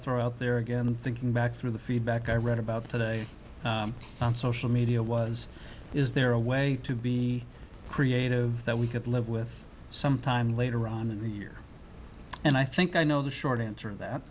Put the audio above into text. throw out there again thinking back through the feedback i read about today on social media was is there a way to be creative that we could live with some time later on in the year and i think i know the short answer